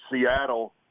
Seattle